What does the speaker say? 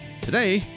Today